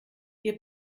ihr